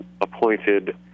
appointed